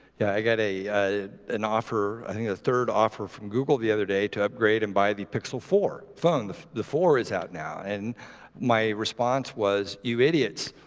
yeah. i got a an offer, i think a third offer from google the other day to upgrade and buy the pixel four phone. the the four is out now. and my response was, you idiots,